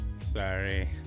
Sorry